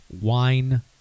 wine